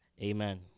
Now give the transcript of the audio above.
amen